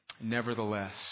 nevertheless